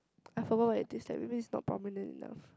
I forgot what it tastes like maybe it's not prominent enough